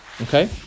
Okay